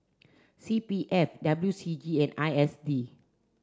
C P F W C G and I S D